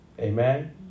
Amen